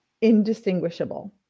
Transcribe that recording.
indistinguishable